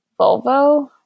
Volvo